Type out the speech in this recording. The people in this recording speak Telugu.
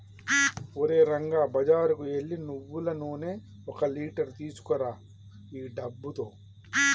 ఓరే రంగా బజారుకు ఎల్లి నువ్వులు నూనె ఒక లీటర్ తీసుకురా ఈ డబ్బుతో